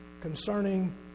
concerning